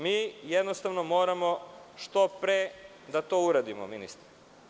Mi jednostavno moramo što pre da to uradimo, ministre.